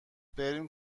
بریم